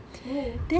oh